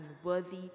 unworthy